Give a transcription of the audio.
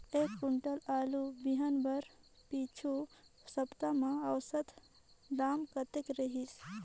एक कुंटल आलू बिहान कर पिछू सप्ता म औसत दाम कतेक रहिस?